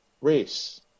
race